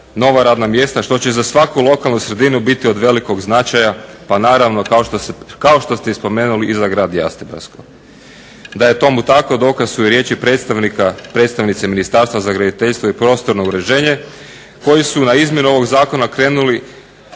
nova radna mjesta što će i za svaku lokalnu sredinu biti od velikog značaja, pa naravno kao što ste i spomenuli i za grad Jastrebarsko. Da je tomu tako dokaz su i riječi predstavnice Ministarstva za graditeljstvo i prostorno uređenje koji su na izmjenu ovog Zakona krenuli